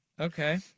Okay